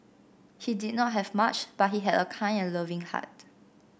he did not have much but he had a kind and loving heart